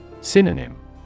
Synonym